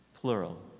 plural